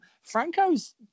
Franco's